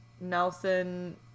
Nelson